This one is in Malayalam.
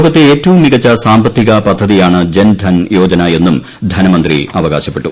ലോകത്തെ ഏറ്റവും മികച്ച സാമ്പത്തിക പൃദ്ധതിയാണ് ജൻധൻയോജന എന്നും ധനമന്ത്രി ആവ്കാൾപ്പെട്ടു